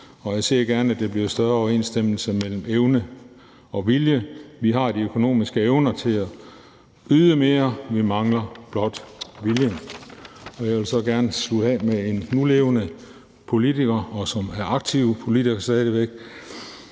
og jeg ser gerne, at der bliver større overensstemmelse mellem evne og vilje. Vi har de økonomiske evner til at yde mere; vi mangler blot viljen. Jeg vil gerne slutte af med en nulevende og stadig væk aktiv politikers ord.